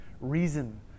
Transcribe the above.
reason